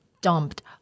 dumped